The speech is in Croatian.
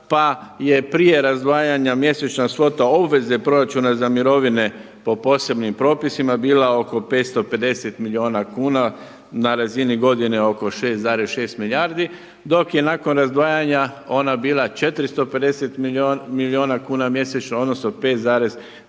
pa je prije razdvajanja mjesečna svota obveze proračuna za mirovine po posebnim propisima bila oko 550 milijuna kuna, na razini godine oko 6,6 milijardi dok je nakon razdvajanja ona bila 450 milijuna kuna mjesečno odnosno 5,4 milijarde